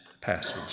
passage